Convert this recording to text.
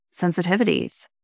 sensitivities